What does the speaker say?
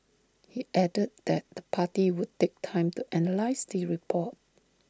he added that the party would take time to analyse the report